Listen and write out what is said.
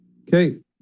okay